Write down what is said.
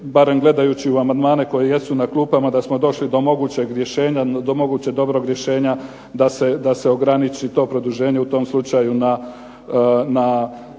barem gledajući u amandmane koji jesu na klupama, da smo došli do mogućeg rješenja, do mogućeg dobrog rješenja da se ograniči to produženje u tom slučaju na